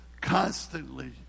constantly